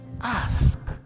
ask